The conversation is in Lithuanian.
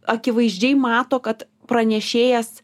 akivaizdžiai mato kad pranešėjas